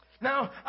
Now